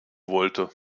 wollte